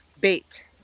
bait